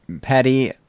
Patty